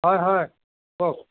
হয় হয় কওক